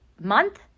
month